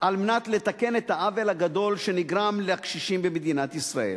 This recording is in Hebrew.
על מנת לתקן את העוול הגדול שנגרם לקשישים במדינת ישראל: